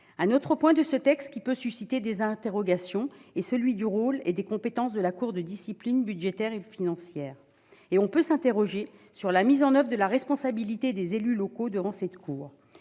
Un autre point de ce texte peut susciter des interrogations : le rôle et les compétences de la Cour de discipline budgétaire et financière. On peut en outre s'interroger sur la mise en oeuvre de la responsabilité des élus locaux devant cette cour.